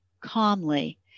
calmly